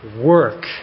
work